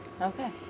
Okay